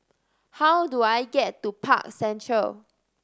how do I get to Park Central